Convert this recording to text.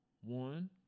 one